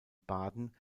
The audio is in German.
baden